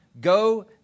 go